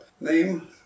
name